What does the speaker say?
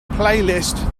playlist